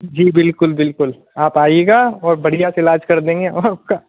जी बिल्कुल बिल्कुल आप आइएगा और बढ़िया से इलाज कर देंगे आपका